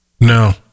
No